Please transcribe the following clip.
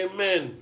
Amen